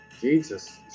Jesus